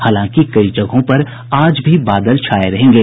हालांकि कई जगहों पर आज भी बादल छाये रहेंगे